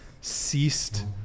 ceased